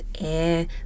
air